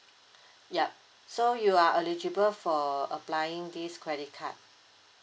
yup so you are eligible for applying this credit card